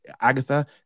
Agatha